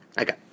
Okay